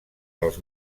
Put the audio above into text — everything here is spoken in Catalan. dels